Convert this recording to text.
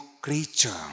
creature